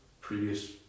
previous